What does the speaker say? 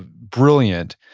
ah brilliant,